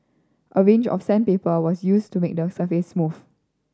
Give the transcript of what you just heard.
a range of sandpaper was used to make the surface smooth